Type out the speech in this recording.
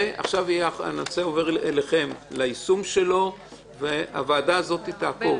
ועכשיו הנושא עובר אליכם ליישום שלו והוועדה הזאת תעקוב